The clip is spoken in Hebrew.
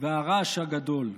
והרעש הגדול.